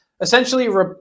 essentially